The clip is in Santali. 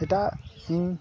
ᱮᱴᱟᱜ ᱤᱧ